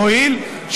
מועיל,